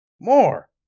More